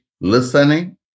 Listening